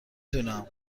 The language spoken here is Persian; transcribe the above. دونم